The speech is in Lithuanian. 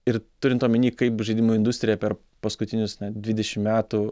ir turint omeny kaip žaidimų industrija per paskutinius dvidešim metų